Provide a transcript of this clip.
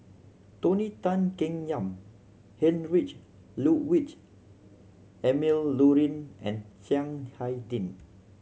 Tony Tan Keng Yam Heinrich Ludwig Emil Luering and Chiang Hai Ding